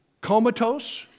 Comatose